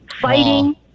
Fighting